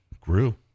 grew